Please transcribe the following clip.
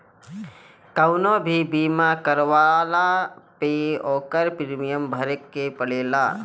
कवनो भी बीमा करवला पअ ओकर प्रीमियम भरे के पड़ेला